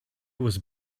was